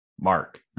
Mark